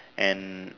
and